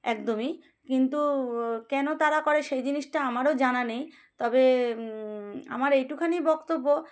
একদমই কিন্তু কেন তারা করে সেই জিনিসটা আমারও জানা নেই তবে আমার এইটুখানি বক্তব্য